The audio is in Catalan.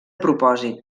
propòsit